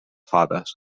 fades